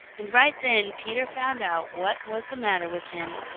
and right then peter found out what was the matter with him.